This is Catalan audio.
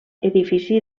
edifici